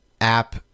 app